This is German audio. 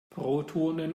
protonen